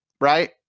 right